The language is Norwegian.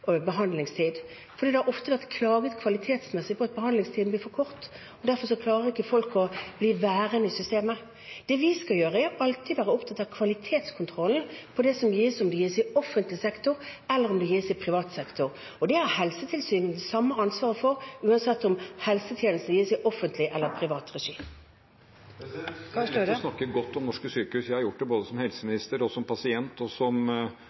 behandlingstid, for det har ofte vært klaget på at behandlingstiden kvalitetsmessig blir for kort. Derfor klarer ikke folk å bli værende i systemet. Det vi skal gjøre, er alltid å være opptatt av kvalitetskontrollen med det som gis, om det gis i offentlig sektor, eller om det gis i privat sektor. Det har Helsetilsynet det samme ansvaret for, uansett om helsetjenestene gis i offentlig eller i privat regi. Jonas Gahr Støre – til oppfølgingsspørsmål. Det er lett å snakke godt om norske sykehus. Jeg har gjort det både som helseminister, som pasient og som